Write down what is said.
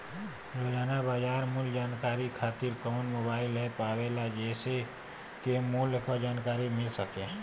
रोजाना बाजार मूल्य जानकारी खातीर कवन मोबाइल ऐप आवेला जेसे के मूल्य क जानकारी मिल सके?